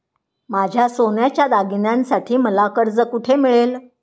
माझ्या सोन्याच्या दागिन्यांसाठी मला कर्ज कुठे मिळेल?